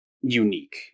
unique